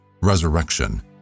resurrection